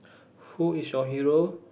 who is your hero